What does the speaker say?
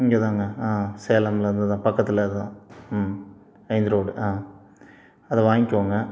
இங்கே தாங்க ஆ சேலமிலருந்து தான் பக்கத்தில் தான் ம் மெயின் ரோடு ஆ அதை வாங்கிக்கோங்க